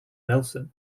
nelson